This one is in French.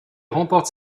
remporte